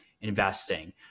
investing